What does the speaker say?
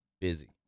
busy